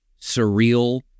surreal